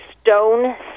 stone